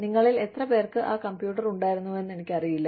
നിങ്ങളിൽ എത്രപേർക്ക് ആ കമ്പ്യൂട്ടർ ഉണ്ടായിരുന്നുവെന്ന് എനിക്കറിയില്ല